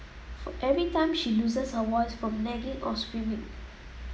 for every time she loses her voice from nagging or screaming